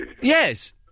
Yes